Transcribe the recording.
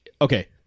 Okay